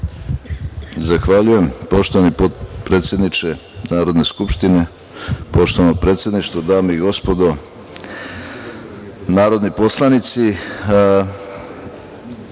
Zahvaljujem, poštovani potpredsedniče Narodne skupštine. Poštovano predsedništvo, dame i gospodo narodni poslanici